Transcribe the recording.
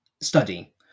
study